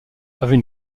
avait